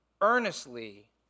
earnestly